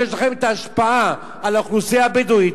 שיש לכם ההשפעה על האוכלוסייה הבדואית.